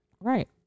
Right